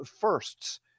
firsts